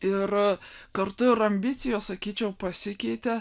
ir kartu ir ambicijos sakyčiau pasikeitė